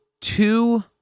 two